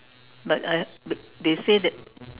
but I they say that